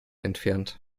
entfernt